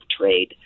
trade